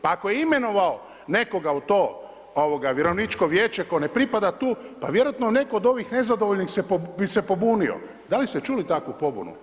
Pa ako je imenovao nekoga u to vjerovničko vijeće tko ne pripada tu, pa vjerojatno netko od ovih nezadovoljnih bi se pobunio, da li ste čuli takvu pobunu?